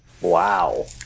Wow